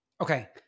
Okay